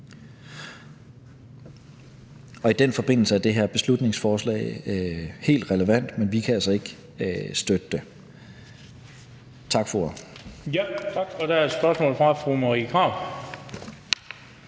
I den forbindelse er det her beslutningsforslag helt relevant, men vi kan altså ikke støtte det. Tak for